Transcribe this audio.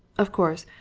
of course,